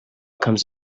comes